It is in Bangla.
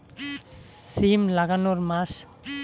সিম লাগানোর মাস?